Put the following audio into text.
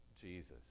Jesus